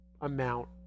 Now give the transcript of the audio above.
amount